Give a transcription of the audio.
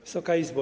Wysoka Izbo!